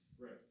Right